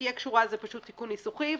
"שתהיה קשורה" זה תיקון ניסוחי.